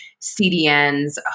CDNs